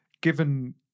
given